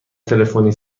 تلفنی